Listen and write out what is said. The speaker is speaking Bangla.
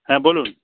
হ্যাঁ বলুন